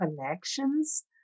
connections